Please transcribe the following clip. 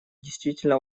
действительно